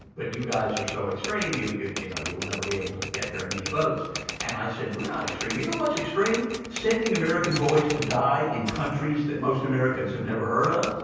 but you guys are so extreme. you you you know will never be able to get very many votes and i said, we're not extreme. you know what's extreme? sending american boys to die in countries that most americans have never heard of.